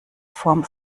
form